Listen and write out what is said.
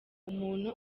umuntu